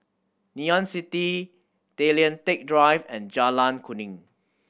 Ngee Ann City Tay Lian Teck Drive and Jalan Kuning